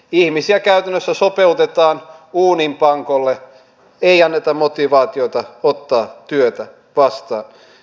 ihmisiä käytännössä sopeutetaan uuninpankolle ei anneta motivaatiota ottaa työtä vastaan